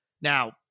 Now